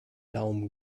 daumen